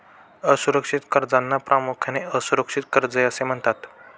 असुरक्षित कर्जांना प्रामुख्याने असुरक्षित कर्जे असे म्हणतात